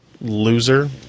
Loser